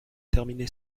terminé